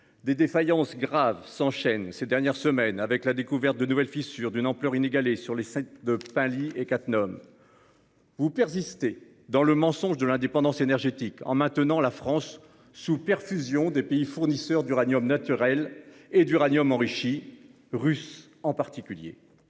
des défaillances graves s'enchaînent. Ces dernières semaines avec la découverte de nouvelles fissures d'une ampleur inégalée sur les scènes de. Et quatre nomme. Vous persistez dans le mensonge de l'indépendance énergétique en maintenant la France sous perfusion des pays fournisseurs d'uranium naturel et d'uranium enrichi russe en particulier.